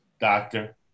doctor